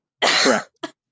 Correct